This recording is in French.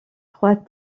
trois